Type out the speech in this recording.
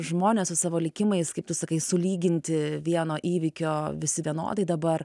žmonės su savo likimais kaip tu sakai sulyginti vieno įvykio visi vienodai dabar